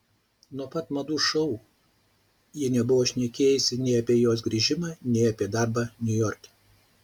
nuo pat madų šou jie nebuvo šnekėjęsi nei apie jos grįžimą nei apie darbą niujorke